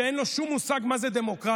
שאין לו שום מושג מהי דמוקרטיה.